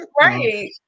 Right